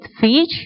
fish